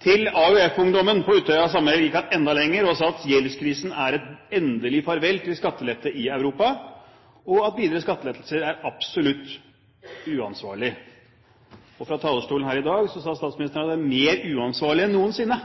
Til AUF-ungdommen på Utøya gikk han enda lenger og sa at gjeldskrisen er et endelig farvel til skattelettelser i Europa, og at videre skattelettelser er absolutt uansvarlig. Fra talerstolen her i dag sa statsministeren at det er «mer uansvarlig enn noensinne»